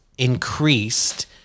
increased